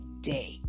day